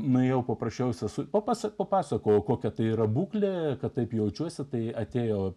nuėjau paprašiau sesutę o paskui papasakojau kokia tai yra būklė kad taip jaučiuosi tai atėjo